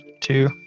two